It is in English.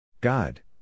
God